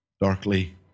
darkly